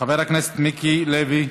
חבר הכנסת מיקי לוי,